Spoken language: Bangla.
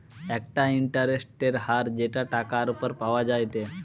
একটা ইন্টারেস্টের হার যেটা টাকার উপর পাওয়া যায়টে